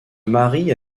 marie